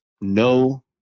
no